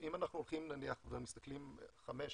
אם אנחנו מסתכלים נניח חמש,